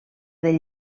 del